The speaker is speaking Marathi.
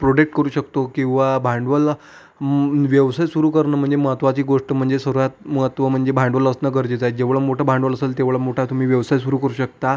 प्रोडेक् करू शकतो किंवा भांडवल व्यवसाय सुरू करणं म्हणजे महत्त्वाची गोष्ट म्हणजे सर्वात महत्त्व म्हणजे भांडवल असणं गरजेचं आहे जेवढं मोठं भांडवल असेल तेवढा मोठा तुम्ही व्यवसाय सुरू करू शकता